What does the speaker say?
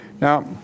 Now